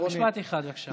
אוקיי, אז משפט אחד, בבקשה.